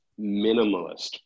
minimalist